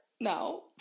No